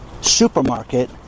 supermarket